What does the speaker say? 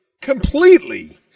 completely